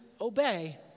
obey